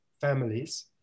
families